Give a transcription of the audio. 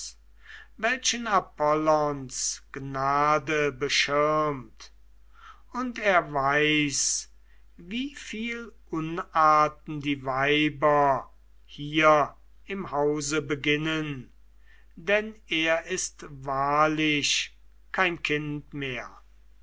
welchen apollons gnade beschirmt und er weiß wieviel unarten die weiber hier im hause beginnen denn er ist wahrlich kein kind mehr